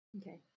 Okay